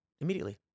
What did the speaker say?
Immediately